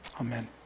Amen